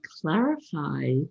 clarify